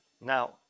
Now